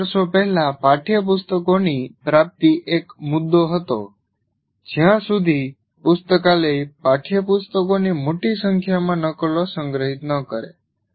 થોડા વર્ષો પહેલા પાઠ્યપુસ્તકોની પ્રાપ્તિ એક મુદ્દો હતો જ્યાં સુધી પુસ્તકાલય પાઠ્યપુસ્તકોની મોટી સંખ્યામાં નકલો સંગ્રહિત ન કરે